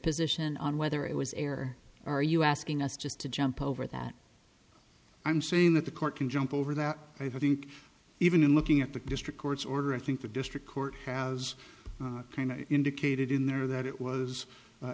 position on whether it was air are you asking us just to jump over that i'm saying that the court can jump over that i think even in looking at the district court's order i think the district court has kind of indicated in there that it was